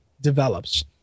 develops